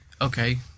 okay